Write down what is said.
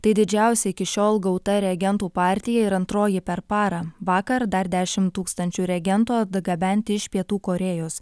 tai didžiausia iki šiol gauta reagentų partija ir antroji per parą vakar dar dešimt tūkstančių reagentų atgabenti iš pietų korėjos